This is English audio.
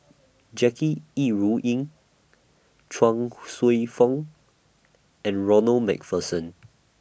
Jackie Yi Ru Ying Chuang Hsueh Fong and Ronald MacPherson